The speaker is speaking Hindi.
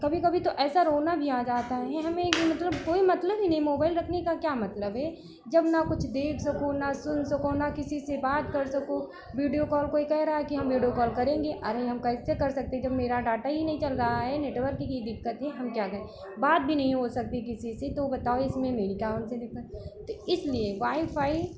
कभी कभी तो ऐसा रोना भी आ जाता है हमें कि मतलब कोई मतलब ही नहीं मोबाइल रखने का क्या मतलब है जब न कुछ देख सको न सुन सको न किसी से बात कर सको वीडियो कॉल कोई कहे रहा है कि हम वीडियो कॉल करेंगे अरे हम कैसे कर सकते हैं जब मेरा डाटा ही नहीं चल रहा है नेटवर्क की दिक्कत है हम क्या करें बात भी नहीं हो सकती किसी से तो बताओ इसमें मेरी कौन सी दिक्कत तो इसलिए वाईफ़ाई